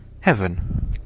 Heaven